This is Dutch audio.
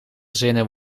zinnen